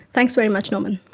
thanks very much norman.